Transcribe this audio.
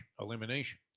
elimination